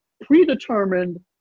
predetermined